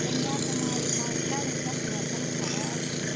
کنیاکُماری منٛز چھا وٕنکیٚس موسم خراب ؟